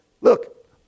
look